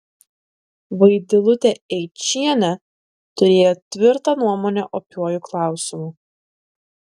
vaidilutė eičienė turėjo tvirtą nuomonę opiuoju klausimu